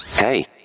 Hey